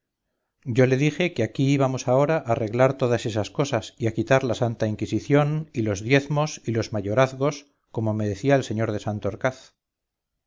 yo le dije que aquí íbamos ahora a arreglar todas esas cosas y a quitar la santa inquisición y los diezmos y los mayorazgos como me decía el sr de